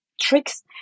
tricks